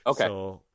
Okay